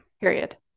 period